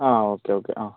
ആ okay okay ആ